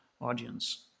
audience